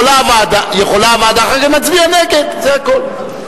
יכולה הוועדה אחר כך להצביע נגד, זה הכול.